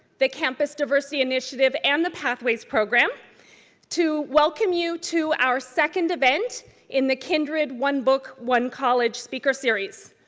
the campus diversity initiative and the pathways program to welcome you to our second event in the kindred one book one college speaker series.